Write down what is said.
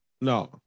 No